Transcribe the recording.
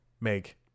Make